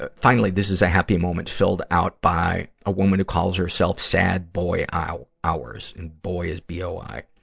ah finally, this is a happy moment filled out by a woman who calls herself sad boi hours, hours, and boy is b o i.